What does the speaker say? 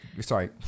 Sorry